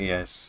Yes